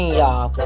y'all